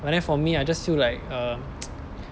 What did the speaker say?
but then for me I just feel like err